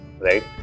right